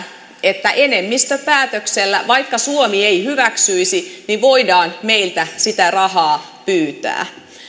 että enemmistöpäätöksellä vaikka suomi ei hyväksyisi voidaan meiltä sitä rahaa pyytää